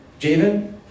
Javen